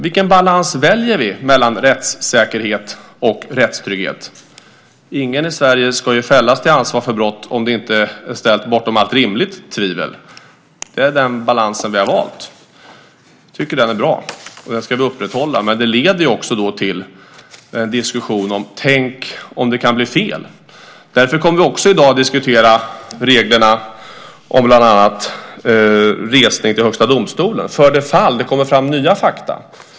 Vilken balans väljer vi mellan rättssäkerhet och rättstrygghet? Ingen i Sverige ska ju fällas till ansvar för brott om det inte är ställt bortom allt rimligt tvivel. Det är den balans vi har valt. Jag tycker att den är bra, och den ska vi upprätthålla. Men det leder också till diskussionen: Tänk om det kan bli fel? Därför kommer vi också i dag att diskutera reglerna om bland annat resning till Högsta domstolen för det fall det kommer fram nya fakta.